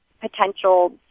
potential